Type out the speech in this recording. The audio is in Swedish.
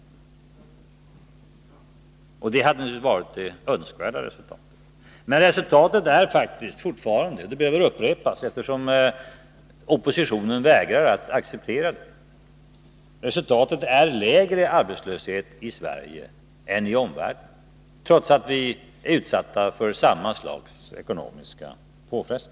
Det hade naturligtvis varit det önskvärda. Men resultatet är faktiskt fortfarande — och det behöver upprepas eftersom oppositionen vägrar att acceptera det — lägre arbetslöshet i Sverige än i omvärlden, trots att vi är utsatta för samma slags ekonomiska påfrestningar.